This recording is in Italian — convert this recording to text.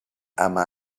ama